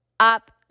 Up